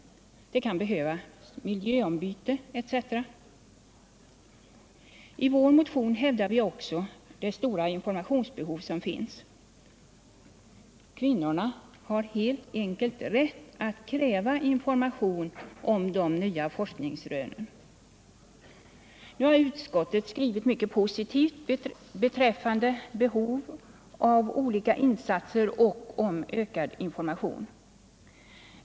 De kan behöva miljöbyte etc. I vår motion framhåller vi också det stora informationsbehov som finns. Kvinnorna har helt enkelt rätt att kräva information om de nya forskningsrönen. Utskottet har skrivit mycket positivt om behovet av olika insatser och av ökad information.